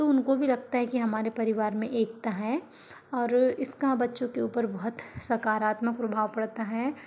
तो उनको भी लगता कि हमारे परिवार में एकता है और इसका बच्चों के ऊपर बहुत सकारात्मक प्रभाव पड़ता है और